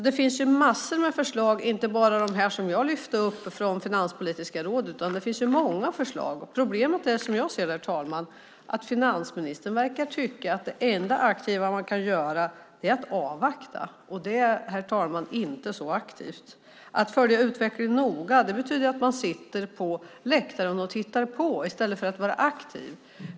Det finns massor med förslag, inte bara dem som jag lyfter upp från Finanspolitiska rådet. Problemet, som jag ser det, herr talman, är att finansministern verkar tycka att det enda aktiva man kan göra är att avvakta. Det är, herr talman, inte så aktivt. Att följa utvecklingen noga betyder att man sitter på läktaren och tittar på i stället för att vara aktiv.